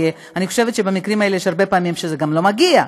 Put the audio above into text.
כי אני חושבת שבמקרים האלה יש הרבה פעמים שזה גם לא מגיע,